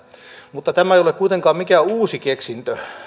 mutta tämä ei ole kuitenkaan mikään uusi keksintö